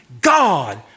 God